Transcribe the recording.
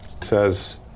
Says